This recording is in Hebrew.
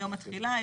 מתום התחילה".